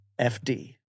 FD